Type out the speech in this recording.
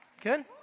Good